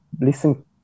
listen